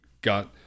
got